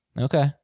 Okay